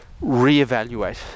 re-evaluate